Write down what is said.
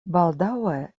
baldaŭe